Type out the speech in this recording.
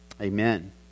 Amen